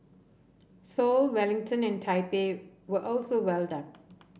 Seoul Wellington and Taipei were also well